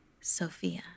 Sophia